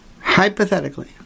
Hypothetically